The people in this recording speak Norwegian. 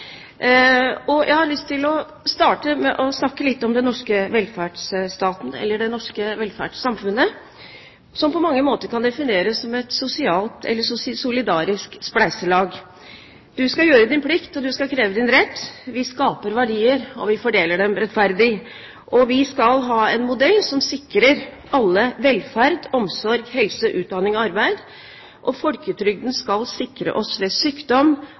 her. Jeg har lyst til å starte med å snakke litt om den norske velferdsstaten, eller det norske velferdssamfunnet, som på mange måter kan defineres som et solidarisk spleiselag: Du skal gjøre din plikt og du skal kreve din rett, vi skaper verdier og vi fordeler dem rettferdig. Vi skal ha en modell som sikrer alle velferd, omsorg, helse, utdanning og arbeid. Folketrygden skal sikre oss ved sykdom